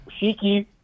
Shiki